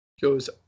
goes